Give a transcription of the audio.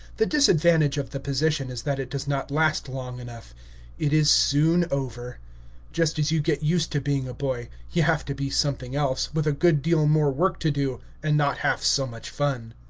the disadvantage of the position is that it does not last long enough it is soon over just as you get used to being a boy, you have to be something else, with a good deal more work to do and not half so much fun.